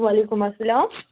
وعلیکُم اسلام